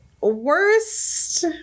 worst